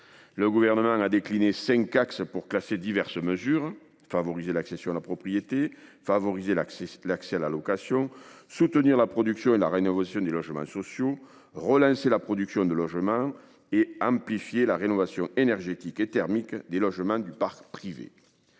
Le Gouvernement a classé ses différentes mesures selon cinq axes : favoriser l'accession à la propriété ; favoriser l'accès à la location ; soutenir la production et la rénovation des logements sociaux ; relancer la production de logements ; enfin, amplifier la rénovation énergétique et thermique des logements du parc privé.